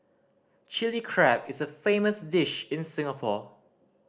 Chilli Crab is a famous dish in Singapore